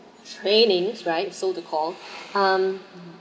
trainings right so the called um